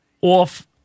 off